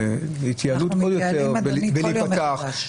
אנחנו מתייעלים, אדוני, בכל יום מחדש.